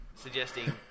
Suggesting